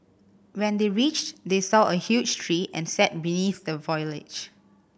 when they reached they saw a huge tree and sat beneath the foliage